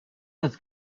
that